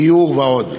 הדיור ועוד.